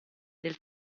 del